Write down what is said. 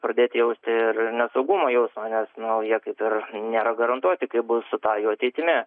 pradėti jausti ir nesaugumo jausmą nes nu jie kaip ir nėra garantuoti kaip bus su ta jų ateitimi